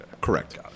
correct